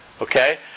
Okay